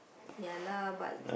ya lah but